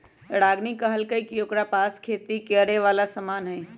रागिनी कहलकई कि ओकरा पास खेती करे वाला समान हई